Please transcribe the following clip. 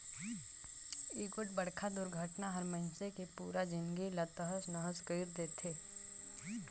एगोठ बड़खा दुरघटना हर मइनसे के पुरा जिनगी ला तहस नहस कइर देथे